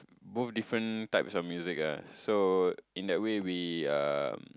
both different types of music ah so in that way we um